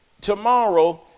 tomorrow